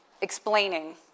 explaining